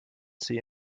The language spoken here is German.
sie